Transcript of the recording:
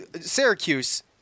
Syracuse